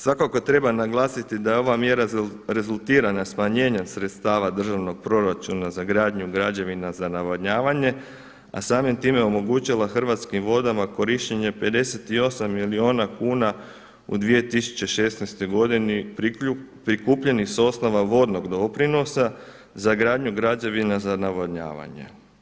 Svakako treba naglasiti da je ova mjera rezultirana smanjenjem sredstava državnog proračuna za gradnju građevina za navodnjavanje, a samim time omogućila Hrvatskim vodama korištenje 58 milijuna kuna u 2016. godini prikupljenih s osnova vodnog doprinosa za gradnju građevina za navodnjavanje.